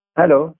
hello